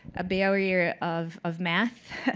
a barrier of of math.